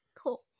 cool